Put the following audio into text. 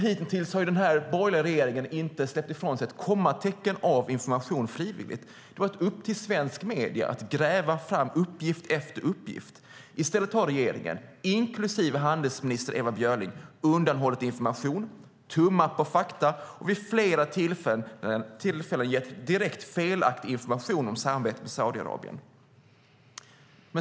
Hitintills har denna borgerliga regering inte släppt ifrån sig ett kommatecken av information frivilligt. Det har varit upp till svenska medier att gräva fram uppgift efter uppgift. I stället har regeringen, inklusive handelsminister Ewa Björling, undanhållit information, tummat på fakta och vid flera tillfällen gett direkt felaktig information om samarbetet med Saudiarabien.